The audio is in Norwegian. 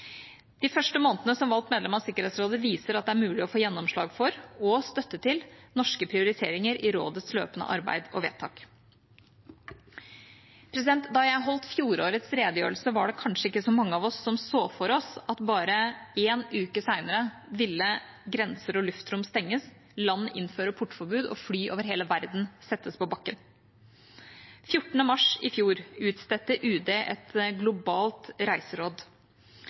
De første månedene som valgt medlem av Sikkerhetsrådet viser at det er mulig å få gjennomslag for, og støtte til, norske prioriteringer i rådets løpende arbeid og vedtak. Da jeg holdt fjorårets redegjørelse, var det kanskje ikke så mange av oss som så for seg at bare én uke senere ville grenser og luftrom stenges, land innføre portforbud og fly over hele verden settes på bakken. 14. mars i fjor utstedte UD et globalt reiseråd: